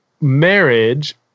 marriage